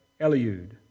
Eliud